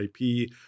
IP